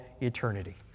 eternity